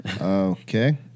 okay